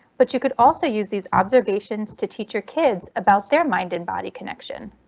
but you could also use these observations to teach your kids about their mind and body connection.